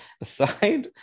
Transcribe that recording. Aside